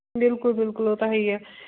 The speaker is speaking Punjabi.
ਬਿਲਕੁਲ ਬਿਲਕੁਲ ਉਹ ਤਾਂ ਹੈ ਹੀ ਹੈ